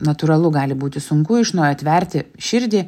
natūralu gali būti sunku iš naujo atverti širdį